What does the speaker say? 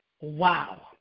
wow